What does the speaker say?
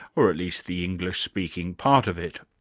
or at least the english-speaking part of it.